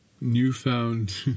newfound